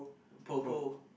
purple